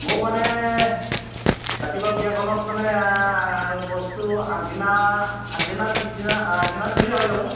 মোক মানে ৰাতিপুৱা বিয়াখনত মানে বস্তু আগদিনা আগদিনা পিছদিনা আগদিনা দিলেই হৈ যাব